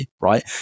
right